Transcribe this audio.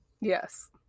Yes